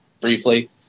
briefly